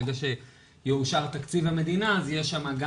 ברגע שיאושר תקציב המדינה אז תהיה שם גם